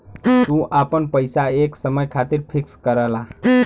तू आपन पइसा एक समय खातिर फिक्स करला